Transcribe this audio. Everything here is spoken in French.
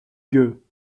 gueux